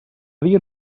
dia